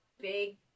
big